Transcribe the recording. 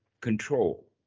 control